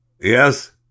Yes